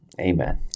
Amen